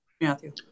Matthew